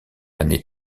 année